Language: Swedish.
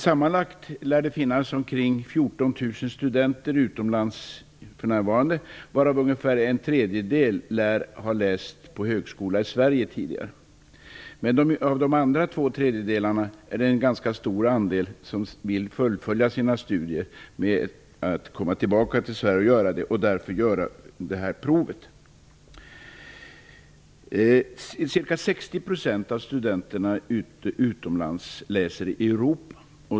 Sammanlagt lär det för närvarande finnas ca 14 000 studenter utomlands, varav ungefär en tredjedel tidigare har läst vid högskola i Sverige. Av de resterande två tredjedelarna är det en ganska stor andel som vill fullfölja sina studier i Sverige. De vill därför göra högskoleprovet. Ca 60 % av studenterna utomlands studerar i Europa.